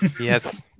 Yes